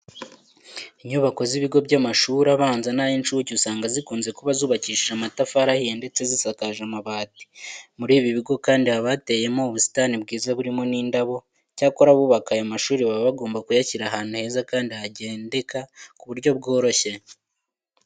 Inyubako z'ibigo by'amashuri abanza n'ay'incuke usanga zikunze kuba zubakishije amatafari ahiye ndetse zisakaje amabati. Muri ibi bigo kandi haba hateyemo ubusitani bwiza burimo n'indabo. Icyakora abubaka aya mashuri baba bagomba kuyashyira ahantu heza kandi hagendeka ku buryo bworoshye.